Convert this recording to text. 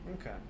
okay